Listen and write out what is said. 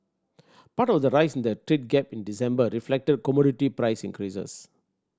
part of the rise in the trade gap in December reflected commodity price increases